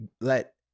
let